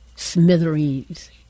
smithereens